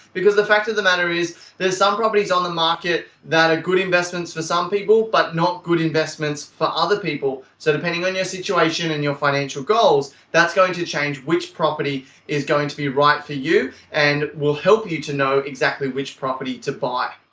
because the fact of the matter is there are some properties in the market that are good investments for some people but not good investments for other people. so depending on your situation and your financial goals, that's going to change which property is going to be right for you and will help you to know exactly which property to buy.